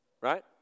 right